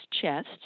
chest